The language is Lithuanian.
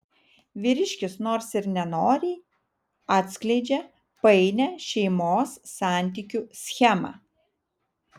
vyriškis nors ir nenoriai atskleidžia painią šeimos santykių schemą